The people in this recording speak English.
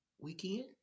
weekend